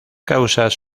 causas